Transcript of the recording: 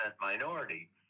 minority